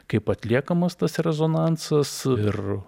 kaip atliekamas tas rezonansas ir